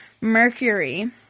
Mercury